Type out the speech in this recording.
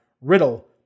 Riddle